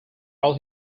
all